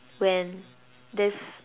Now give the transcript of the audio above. when this